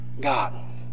God